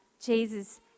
Jesus